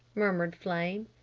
murmured flame.